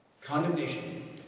Condemnation